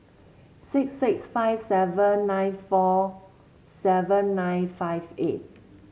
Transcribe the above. six six five seven nine four seven nine five eight